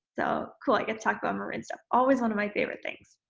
so, cool i get to talk about marine stuff, always one of my favorite things.